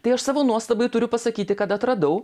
tai aš savo nuostabai turiu pasakyti kad atradau